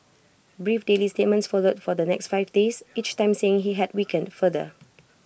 brief daily statements followed for the next five days each time saying he had weakened further